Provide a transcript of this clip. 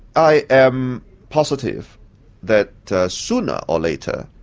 i am positive that sooner or later,